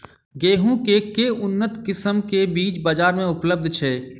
गेंहूँ केँ के उन्नत किसिम केँ बीज बजार मे उपलब्ध छैय?